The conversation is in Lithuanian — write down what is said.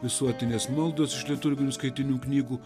visuotinės maldos iš liturginių skaitinių knygų